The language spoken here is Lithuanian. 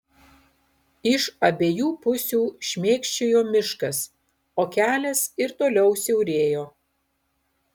iš abiejų pusių šmėkščiojo miškas o kelias ir toliau siaurėjo